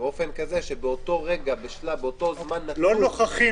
באופן כזה שבאותו זמן נתון --- "לא נוכחים